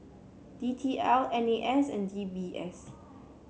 D T L N A S and D B S